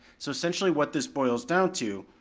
so essentially what this boils down to,